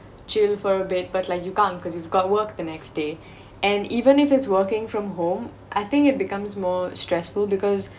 chill for a bit but like you can't because you got work the next day and even if it's working from home I think it becomes more stressful because